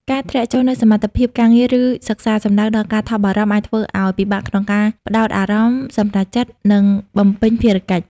ការធ្លាក់ចុះនូវសមត្ថភាពការងារឬសិក្សា សំដៅដល់ការថប់បារម្ភអាចធ្វើឱ្យពិបាកក្នុងការផ្តោតអារម្មណ៍ សម្រេចចិត្ត និងបំពេញភារកិច្ច។